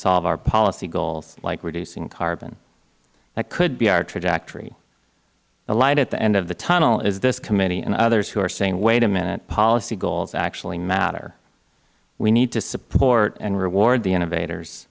solve our policy goals like reducing carbon that could be our trajectory the light at the end of the tunnel is this committee and others who are saying wait a minute policy goals actually matter we need to support and reward the innovators